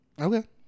Okay